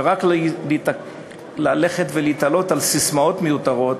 ורק ללכת ולהיתלות בססמאות מיותרות,